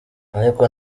ariko